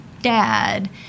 dad